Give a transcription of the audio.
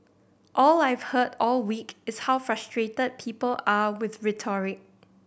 all I've heard all week is how frustrated people are with rhetoric